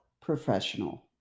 professional